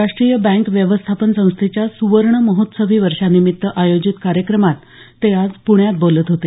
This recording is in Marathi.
राष्ट्रीय बँक व्यवस्थापन संस्थेच्या सुवर्ण महोत्सवी वर्षानिमित्त आयोजित कार्यक्रमात ते आज पूण्यात बोलत होते